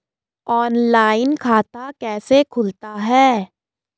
Online खाता कैसे खुलता है?